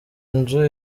nzu